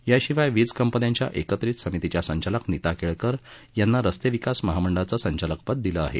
याशिवाय वीज कंपन्यांच्या एकत्रित समितीच्या संचालक नीता केळकर यांना रस्ते विकास महामंडळाचं संचालक पद दिलं आहे